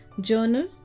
journal